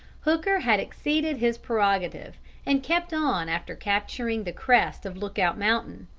hooker had exceeded his prerogative and kept on after capturing the crest of lookout mountain,